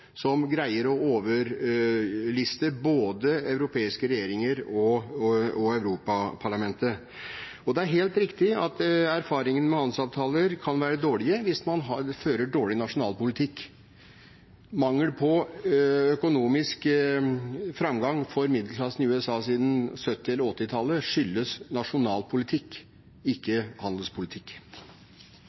som greier å overliste både europeiske regjeringer og Europaparlamentet. Og det er helt riktig at erfaringen med handelsavtaler kan være dårlig hvis man fører dårlig nasjonal politikk. Mangel på økonomisk framgang for middelklassen i USA siden 1970- eller 1980-tallet skyldes nasjonal politikk, ikke handelspolitikk.